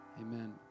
Amen